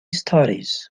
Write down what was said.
studies